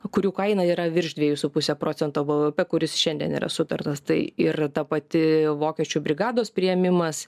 kurių kaina yra virš dviejų su puse procento b v p kuris šiandien yra sutartas tai ir ta pati vokiečių brigados priėmimas